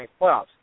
playoffs